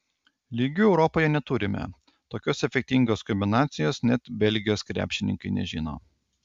lygių europoje neturime tokios efektingos kombinacijos net belgijos krepšininkai nežino